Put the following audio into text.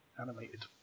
Animated